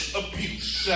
abuse